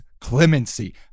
clemency